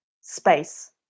space